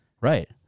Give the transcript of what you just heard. Right